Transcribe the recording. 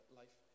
life